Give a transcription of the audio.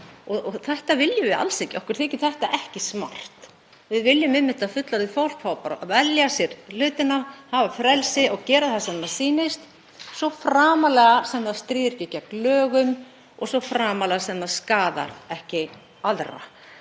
og þetta viljum við alls ekki. Okkur þykir þetta ekki smart. Við viljum einmitt að fullorðið fólk fái að velja sér hlutina, hafi frelsi til að gera það sem því sýnist, svo framarlega sem það stríðir ekki gegn lögum og svo framarlega sem það skaðar ekki aðra.